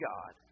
God